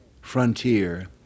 frontier